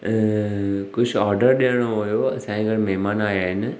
कुझु ऑडर ॾियणो हुओ असांजे घर महिमान आहियां आहिनि